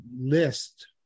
list